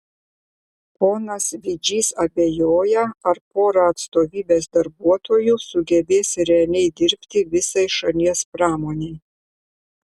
ponas vidžys abejoja ar pora atstovybės darbuotojų sugebės realiai dirbti visai šalies pramonei